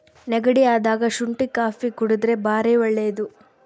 ನೆಗಡಿ ಅದಾಗ ಶುಂಟಿ ಕಾಪಿ ಕುಡರ್ದೆ ಬಾರಿ ಒಳ್ಳೆದು